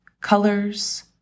colors